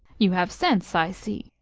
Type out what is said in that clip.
you have sense, i see,